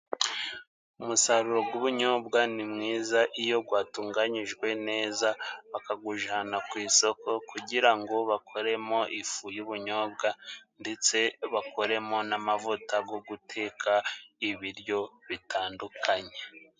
Umusaruro g'ubunyobwa ni mwiza iyo rwatunganyijwe neza bakagujana ku isoko kugira ngo bakoremo ifu y'ubunyobwa ndetse bakoremo n'amavuta go guteka ibiryo bitandukanye.